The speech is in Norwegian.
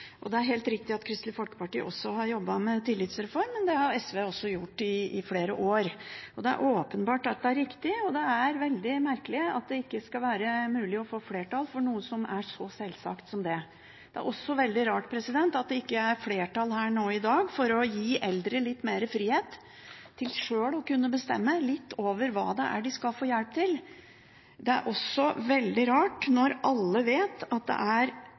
Det er helt riktig at Kristelig Folkeparti også har jobbet med en tillitsreform, men det har også SV gjort i flere år. Det er åpenbart at det er riktig, og det er veldig merkelig at det ikke skal være mulig å få flertall for noe som er så selvsagt som det. Det er også veldig rart at det ikke er flertall her i dag for å gi eldre litt mer frihet til sjøl å kunne bestemme litt over hva det er de skal få hjelp til. Det er også veldig rart, når alle vet at det er